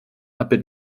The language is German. abbild